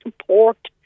support